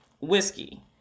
whiskey